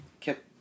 kept